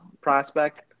prospect